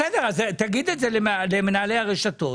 בסדר, אז תגיד את זה למנהלי הרשתות.